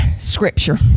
scripture